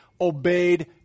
obeyed